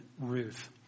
Ruth